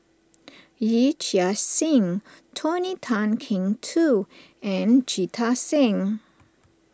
Yee Chia Hsing Tony Tan Keng Joo and Jita Singh